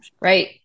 Right